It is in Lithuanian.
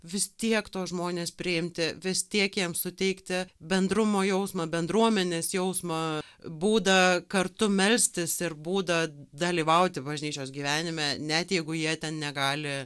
vis tiek tuos žmones priimti vis tiek jiems suteikti bendrumo jausmą bendruomenės jausmą būdą kartu melstis ir būdą dalyvauti bažnyčios gyvenime net jeigu jie ten negali